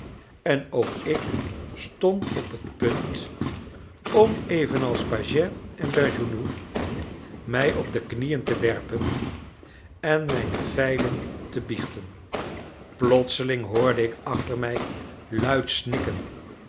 en ook ik stond op het punt om evenals pagès en bergounhoux mij op de knieën te werpen en mijne feilen te biechten plotseling hoorde ik achter mij luid snikken